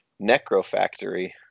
Necrofactory